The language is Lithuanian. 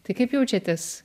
tai kaip jaučiatės